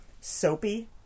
soapy